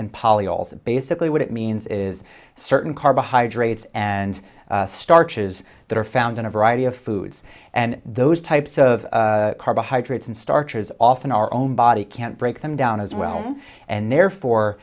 also basically what it means is certain carbohydrates and starches that are found in a variety of foods and those types of carbohydrates and starches often our own body can't break them down as well and therefore